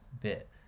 bit